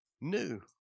new